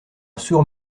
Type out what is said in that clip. sourd